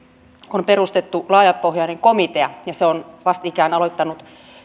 on perustettu laajapohjainen komitea vastikään aloittanut